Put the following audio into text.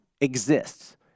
exists